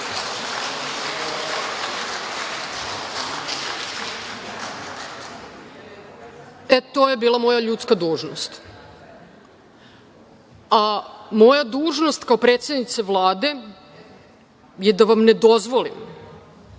je bila moja ljudska dužnost. Moja dužnost kao predsednice Vlade je da vam ne dozvolim,